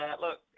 look